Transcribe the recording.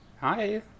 Hi